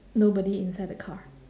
nobody inside the car